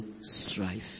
strife